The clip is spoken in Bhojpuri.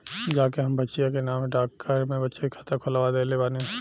जा के हम बचिया के नामे डाकघर में बचत खाता खोलवा देले बानी